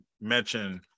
mention